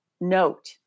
note